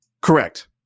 Correct